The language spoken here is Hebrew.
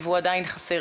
והוא עדיין חסר